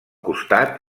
costat